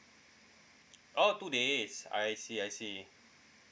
oh two days I see I see